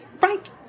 Right